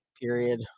Period